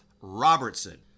robertson